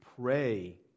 Pray